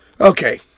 Okay